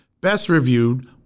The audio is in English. best-reviewed